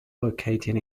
located